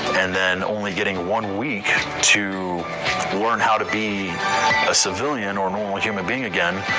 and then only getting one week to learn how to be a civilian or normal human being again.